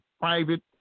private